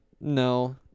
no